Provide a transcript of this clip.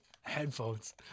Headphones